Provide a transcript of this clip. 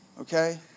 okay